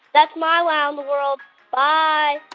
that's my wow in the world. bye